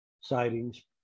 sightings